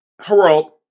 Herald